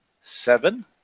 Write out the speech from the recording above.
seven